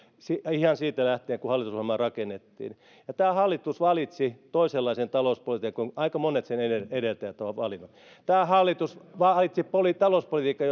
ihan siitä lähtien kun hallitusohjelmaa rakennettiin ja tämä hallitus valitsi toisenlaisen talouspolitiikan kuin aika monet sen edeltäjät ovat valinneet tämä hallitus valitsi talouspolitiikan